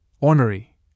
ornery